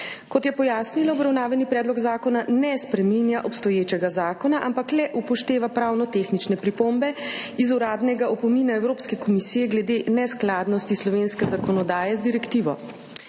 Kot je pojasnila, obravnavani predlog zakona ne spreminja obstoječega zakona, ampak le upošteva pravno-tehnične pripombe iz uradnega opomina Evropske komisije glede neskladnosti slovenske zakonodaje z direktivo.